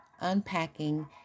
Unpacking